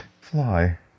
Fly